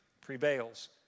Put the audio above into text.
prevails